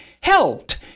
helped